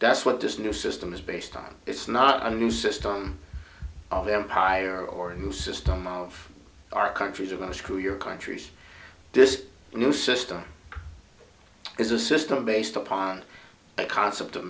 that's what this new system is based on it's not a new system of empire or a new system of our countries of a screw your countries this new system is a system based upon a concept of